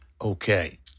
Okay